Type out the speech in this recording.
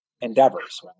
endeavors